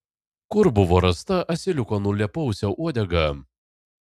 kur buvo rasta asiliuko nulėpausio uodega